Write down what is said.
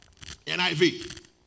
NIV